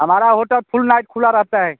हमारी hotel full night खुली रहती है